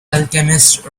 alchemist